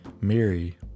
Mary